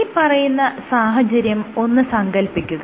ഈ പറയുന്ന സാഹചര്യം ഒന്ന് സങ്കൽപ്പിക്കുക